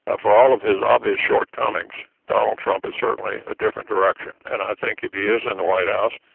ah for all of his obvious shortcomings, donald trump is certainly a different direction. and i think if he is in the white house,